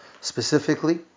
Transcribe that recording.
specifically